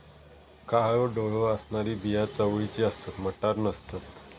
काळो डोळो असणारी बिया चवळीची असतत, मटार नसतत